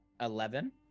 Eleven